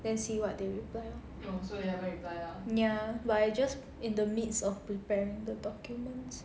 then see what they reply lor while I just in the midst of preparing the documents